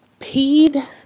peed